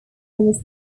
was